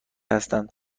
هستند